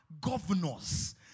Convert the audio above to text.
governors